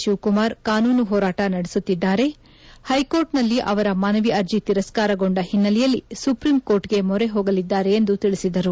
ಶಿವಕುಮಾರ್ ಕಾನೂನು ಹೋರಾಟ ನಡೆಸುತ್ತಿದ್ದಾರೆ ಹೈಕೋರ್ಟ್ನಲ್ಲಿ ಅವರ ಮನವಿ ಅರ್ಜಿ ತಿರಸ್ಕಾರಗೊಂಡ ಹಿನ್ನೆಲೆಯಲ್ಲಿ ಸುಪ್ರೀಂಕೋರ್ಟ್ಗೆ ಮೊರೆ ಹೋಗಲಿದ್ದಾರೆ ಎಂದು ತಿಳಿಸಿದರು